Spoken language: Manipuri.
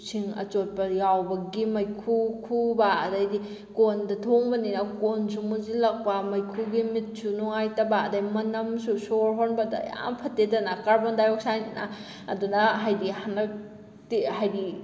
ꯁꯤꯡ ꯑꯆꯣꯠꯄ ꯌꯥꯎꯕꯒꯤ ꯃꯩꯈꯨ ꯈꯨꯕ ꯑꯗꯩꯗꯤ ꯀꯣꯟꯗ ꯊꯣꯡꯕꯅꯤꯅ ꯀꯣꯟꯁꯨ ꯃꯨꯁꯤꯜꯂꯛꯄ ꯃꯩꯈꯨꯒꯤ ꯃꯤꯠꯁꯨ ꯅꯨꯡꯉꯥꯏꯇꯕ ꯑꯗꯩ ꯃꯅꯝꯁꯨ ꯁꯣꯔ ꯍꯣꯟꯕꯗ ꯌꯥꯝ ꯐꯠꯇꯦꯗꯅ ꯀꯥꯔꯕꯣꯟꯗꯥꯏꯑꯣꯛꯁꯥꯏꯠꯅ ꯑꯗꯨꯅ ꯍꯥꯏꯗꯤ ꯍꯟꯗꯛꯇꯤ ꯍꯥꯏꯗꯤ